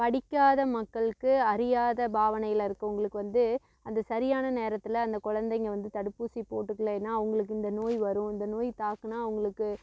படிக்காத மக்களுக்கு அறியாத பாவணையில் இருக்கவங்களுக்கு வந்து அந்த சரியான நேரத்தில் அந்த குழந்தைங்க வந்து தடுப்பூசி போட்டுக்கலைன்னா அவங்களுக்கு இந்த நோய் வரும் இந்த நோய் தாக்கினா அவங்களுக்கு